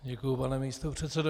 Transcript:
Děkuju, pane místopředsedo.